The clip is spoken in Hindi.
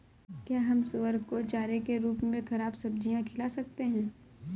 क्या हम सुअर को चारे के रूप में ख़राब सब्जियां खिला सकते हैं?